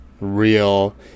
real